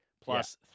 plus